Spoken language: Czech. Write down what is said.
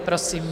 Prosím.